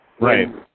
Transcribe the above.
Right